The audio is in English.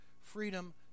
freedom